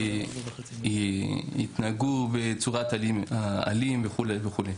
יתנהגו בצורה אלימה וכו'.